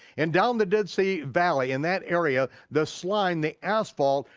and down the dead sea valley, in that area, the slime, the asphalt,